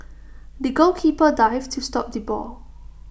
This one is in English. the goalkeeper dived to stop the ball